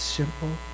simple